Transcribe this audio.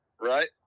right